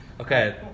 Okay